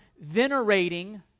venerating